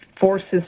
forces